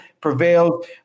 prevailed